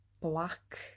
Black